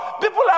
people